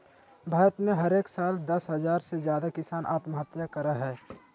भारत में हरेक साल दस हज़ार से ज्यादे किसान आत्महत्या करय हय